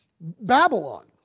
Babylon